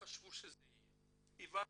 חשבו שיקרה,